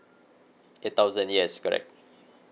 eight thousand yes correct